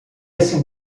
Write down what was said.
esse